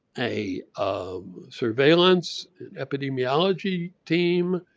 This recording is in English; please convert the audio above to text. a um surveillance epidemiology team,